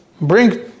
bring